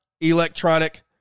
electronic